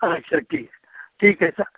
अच्छा ठीक ठीक है सर